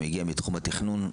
אני מגיע מתחום התכנון,